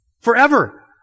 Forever